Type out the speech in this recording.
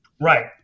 Right